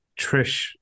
Trish